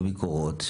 בביקורות.